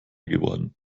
geworden